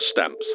stamps